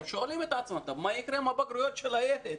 הם שואלים את עצמם מה יקרה עם הבגרויות של הילד?